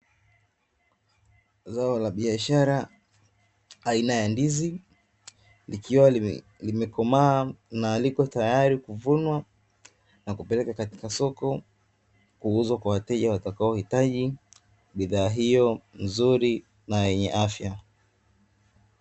Zao la biashara aina ya ndizi likiwa limekomaa na liko tayari kuvunwa na kupeleka katika soko kuuzwa kwa wateja watakaohitaji bidhaa hiyo nzuri na yenye afya.